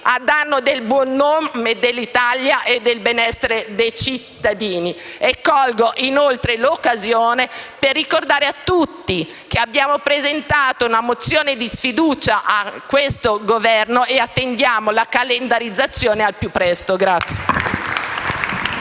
a danno del buon nome dell'Italia e del benessere dei cittadini. Colgo inoltre l'occasione per ricordare a tutti che abbiamo presentato una mozione di sfiducia a questo Governo e che ne attendiamo la calendarizzazione al più presto.